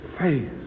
faith